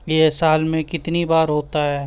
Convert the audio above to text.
یہ سال میں کتنی بار ہوتا ہے